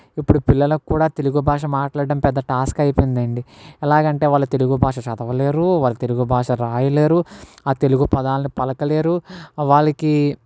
ఇప్పుడు పిల్లల కూడా తెలుగు భాష మాట్లాడడం పెద్ద టాస్క్ అయిపోయిందండి ఎలాగంటే వాళ్ళు తెలుగు భాష చదవలేరు వాళ్ళు తెలుగు భాష రాయలేరు ఆ తెలుగు పదాలను పలకలేరు వాళ్ళకి